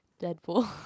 Deadpool